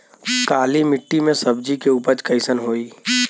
काली मिट्टी में सब्जी के उपज कइसन होई?